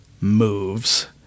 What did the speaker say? moves